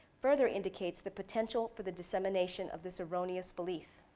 further indicates the potential for the dissemination of this erroneous belief.